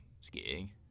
Skiing